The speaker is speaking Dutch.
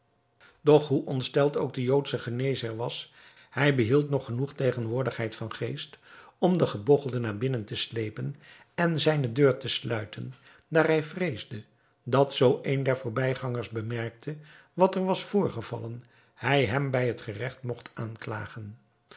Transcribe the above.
doch hoe ontsteld ook de joodsche geneesheer was hij behield nog genoeg tegenwoordigheid van geest om den gebogchelde naar binnen te slepen en zijne deur te sluiten daar hij vreesde dat zoo een der voorbijgangers bemerkte wat er was voorgevallen hij hem bij het geregt mogt aanklagen